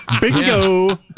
Bingo